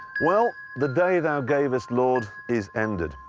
well, the day thou gavest, lord, is ended.